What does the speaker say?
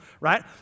right